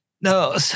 No